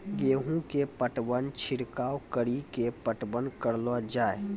गेहूँ के पटवन छिड़काव कड़ी के पटवन करलो जाय?